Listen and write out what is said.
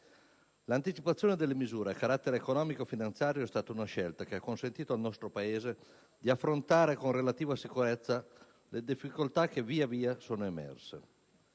L'anticipazione delle misure a carattere economico-finanziario è stata una scelta che ha consentito al nostro Paese di affrontare con relativa sicurezza le difficoltà via via emerse.